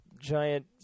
Giant